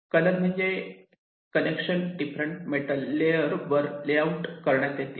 colour म्हणजे connections different metal layer वर layout करण्यात येतील